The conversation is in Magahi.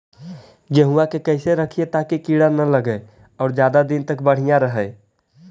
गेहुआ के कैसे रखिये ताकी कीड़ा न लगै और ज्यादा दिन तक बढ़िया रहै?